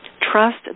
trust